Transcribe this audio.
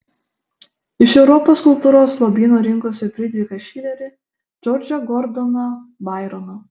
iš europos kultūros lobyno rinkosi fridrichą šilerį džordžą gordoną baironą